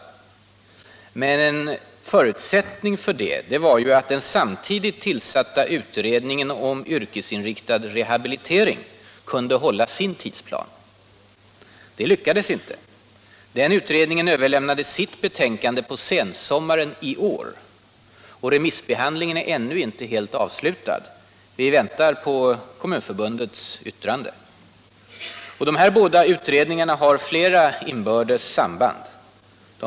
Men en förutsättning för det var att den samtidigt tillsatta Utredningen om yrkesinriktad rehabilitering kunde hålla sin tidsplan. Det lyckades inte. Den utredningen överlämnade sitt betänkande på sensommaren i år. Remissbehandlingen är ännu inte helt avslutad. Vi väntar på Kommunförbundets yttrande. Mellan de här båda utredningarna finns det flera inbördes samband.